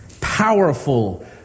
powerful